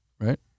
right